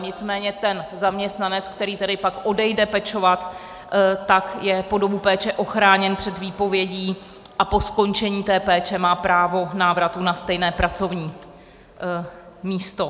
Nicméně zaměstnanec, který pak odejde pečovat, je po dobu péče ochráněn před výpovědí a po skončení péče má právo návratu na stejné pracovní místo.